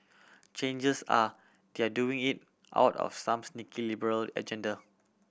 changes are they are doing it out of some sneaky liberal agenda